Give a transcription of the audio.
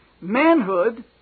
Manhood